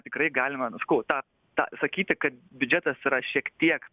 tikrai galima nu sakau tą tą sakyti kad biudžetas yra šiek tiek